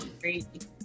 great